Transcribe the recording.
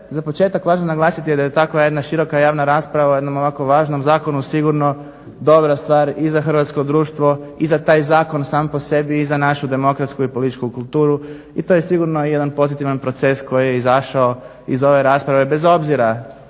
za početak važno naglasiti da je takva jedna široka javna rasprava o jednom ovako važnom zakonu sigurno dobra stvar i za hrvatsko društvo i za taj zakon sam po sebi i za našu demokratsku i političku kulturu i to je sigurno jedan pozitivan proces koji je izašao iz ove rasprave bez obzira